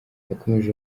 yakomeje